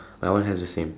my one has the same